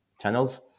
channels